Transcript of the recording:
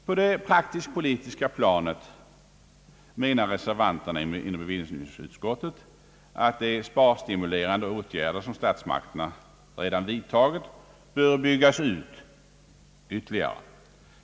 På det praktisk-politiska planet menar reservanterna inom bevillningsutskottet att de sparstimulerande åtgärder, som statsmakterna vidtagit, bör byggas ut ytterligare.